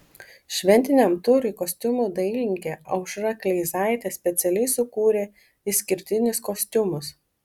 šventiniam turui kostiumų dailininkė aušra kleizaitė specialiai sukūrė išskirtinius kostiumus